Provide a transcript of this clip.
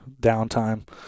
downtime